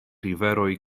riveroj